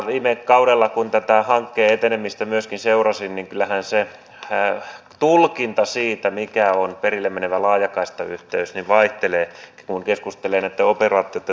viime kaudella kun tätä hankkeen etenemistä myöskin seurasin kyllähän se tulkinta siitä mikä on perille menevä laajakaistayhteys vaihteli kun keskusteli näitten operaattoreitten ja toimijoitten kanssa